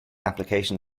application